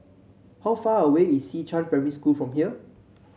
how far away is Xishan Primary School from here